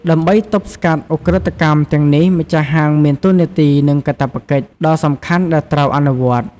ដើម្បី ទប់ស្កាត់ឧក្រិដ្ឋកម្ម ទាំងនេះ ម្ចាស់ហាង មាន តួនាទី និង កាតព្វកិច្ច ដ៏សំខាន់ដែលត្រូវ អនុវត្ត។